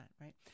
Right